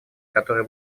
который